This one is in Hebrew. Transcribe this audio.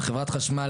חברת חשמל,